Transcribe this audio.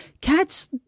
cats